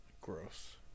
Gross